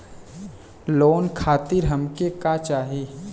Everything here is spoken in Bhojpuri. लोन खातीर हमके का का चाही?